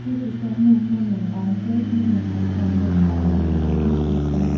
ជាពិសេសនោះ នំលម្អងចេកមានតម្លៃសមរម្យដែលយើងទាំងអស់គ្នាអាចទិញបរិភោគ ឬអាចធ្វើដោយខ្លួនឯងបាន។